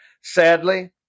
Sadly